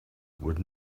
would